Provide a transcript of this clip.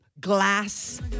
glass